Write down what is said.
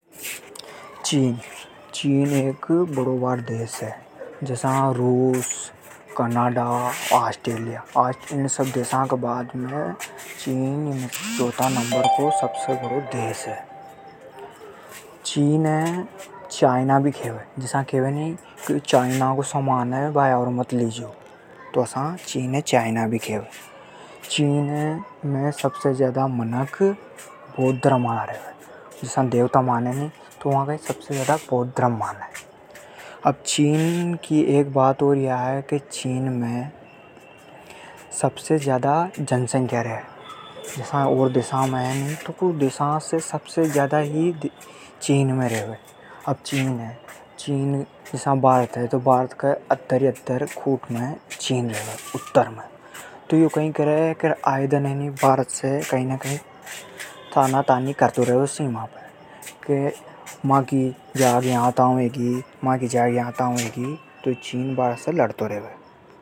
चीन, चीन एक नरो बड़ों देश है। जसा रूस कनाडा ऑस्ट्रेलिया अणके बाद में चीन चौथा नंबर को सबसे बड़ों देश है। चीन हे चाइना भी केवे। जसा के वे नी के यो चाइना को सामान हे मत लिजो। चीन में सबसे ज्यादा मनख बौद्ध धर्म हाला रेवे। जसा देवता माने नी तो वा कई के बौद्ध धर्म ज्यादा माने। चीन की एक बात ओर या है कि वा सबसे ज्यादा जनसंख्या रेवे। ओर देशा से सबसे ज्यादा मनख वा रेवे। चीन जसा भारत के अद्दर खुट में उत्तर की आड़ी हेगो। तो यो कई के आया दन भारत से तानातानी करतो रेवे। के माकी जाग या तक हेगी तो यो लड़तो रेवे भारत से।